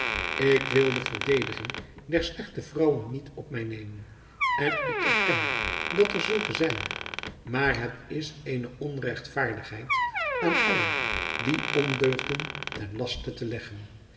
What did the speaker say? ik wil de verdediging der slechte vrouwen niet op mij nemen en ik erken dat er zulke zijn maar het is eene onregtvaardigheid aan allen die ondeugden ten laste te leggen